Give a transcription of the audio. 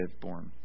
born